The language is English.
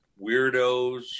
weirdos